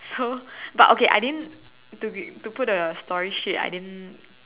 so but okay I didn't to be put the story straight I didn't